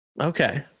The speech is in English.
Okay